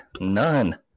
None